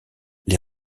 les